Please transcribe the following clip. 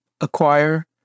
acquire